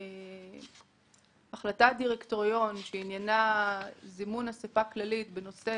החלטת דירקטוריון שעניינה זימון אסיפה כללית בנושא